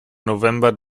november